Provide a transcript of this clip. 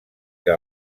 que